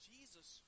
Jesus